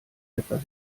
etwas